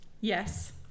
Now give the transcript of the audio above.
Yes